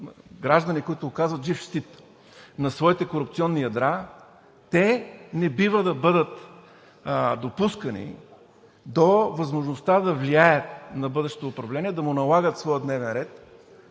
граждани, които оказват жив щит на своите корупционни ядра, те не бива да бъдат допускани до възможността да влияят на бъдещото управление, да му налагат своя дневен ред,